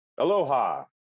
Aloha